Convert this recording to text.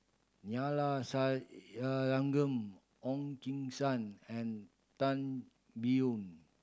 Neila Sathyalingam Ong Keng Sen and Tan Biyun